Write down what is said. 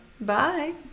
Bye